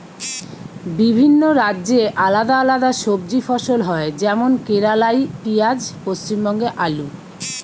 বিভিন্ন রাজ্যে আলদা আলদা সবজি ফসল হয় যেমন কেরালাই পিঁয়াজ, পশ্চিমবঙ্গে আলু